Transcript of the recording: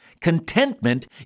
contentment